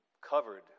covered